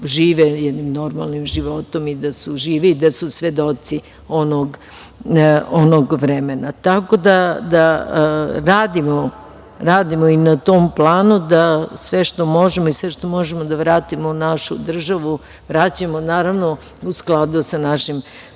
žive jednim normalnim životom, da su žive i da su svedoci onog vremena. Radimo i na tom planu da sve što možemo i sve što možemo da vratimo u našu državu vraćamo, naravno, u skladu sa našim